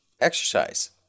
exercise